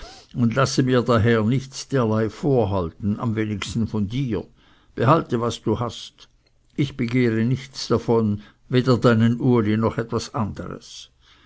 und lasse mir daher nichts derlei vorhalten am wenigsten von dir behalte was du hast ich begehre nichts davon weder deinen uli noch etwas anderes